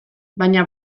baina